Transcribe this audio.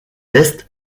est